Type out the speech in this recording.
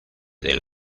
del